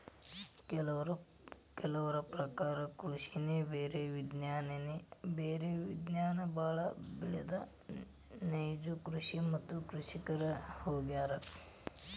ಕೆಲವರ ಪ್ರಕಾರ ಕೃಷಿನೆ ಬೇರೆ ವಿಜ್ಞಾನನೆ ಬ್ಯಾರೆ ವಿಜ್ಞಾನ ಬಾಳ ಬೆಳದ ನೈಜ ಕೃಷಿ ಮತ್ತ ಕೃಷಿಕರ ಹೊಗ್ಯಾರ